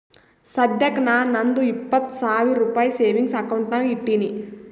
ಸದ್ಯಕ್ಕ ನಾ ನಂದು ಇಪ್ಪತ್ ಸಾವಿರ ರುಪಾಯಿ ಸೇವಿಂಗ್ಸ್ ಅಕೌಂಟ್ ನಾಗ್ ಇಟ್ಟೀನಿ